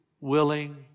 willing